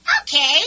Okay